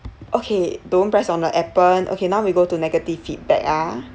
okay don't press on the appen okay now we go to negative feedback ah